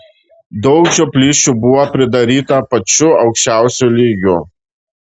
daug žioplysčių buvo pridaryta pačiu aukščiausiu lygiu